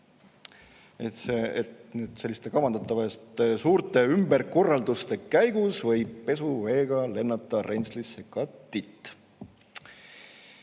risk, et kavandatavate suurte ümberkorralduste käigus võib pesuveega lennata rentslisse ka titt.